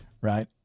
right